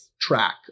track